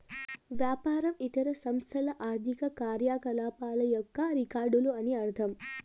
వ్యాపారం ఇతర సంస్థల ఆర్థిక కార్యకలాపాల యొక్క రికార్డులు అని అర్థం